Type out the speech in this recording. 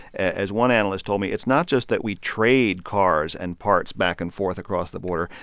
as one analyst told me, it's not just that we trade cars and parts back and forth across the border.